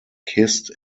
kissed